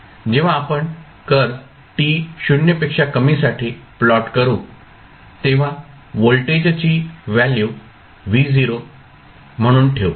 जेव्हा आपण curve t 0 पेक्षा कमीसाठी प्लॉट करू तेव्हा व्होल्टेजची व्हॅल्यू V0 म्हणून ठेवू